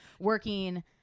working